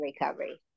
recovery